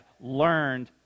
learned